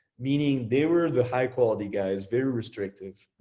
meaning they were the high quality guys, very restrictive.